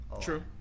true